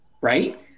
right